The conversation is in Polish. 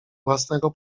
własnego